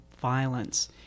violence